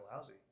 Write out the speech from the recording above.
lousy